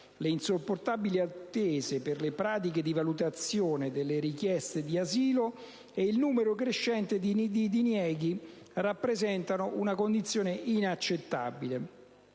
Le insopportabili attese per le pratiche di valutazione delle richieste d'asilo e il numero crescente di dinieghi rappresentano una condizione inaccettabile